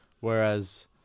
Whereas